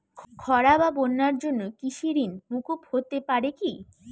খরা বা বন্যার জন্য কৃষিঋণ মূকুপ হতে পারে কি?